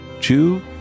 two